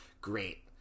great